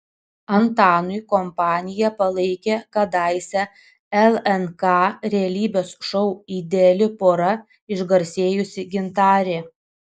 antanui kompaniją palaikė kadaise lnk realybės šou ideali pora išgarsėjusi gintarė